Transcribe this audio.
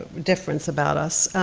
difference about us.